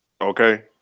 Okay